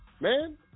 Man